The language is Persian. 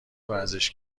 ورزش